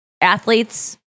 athletes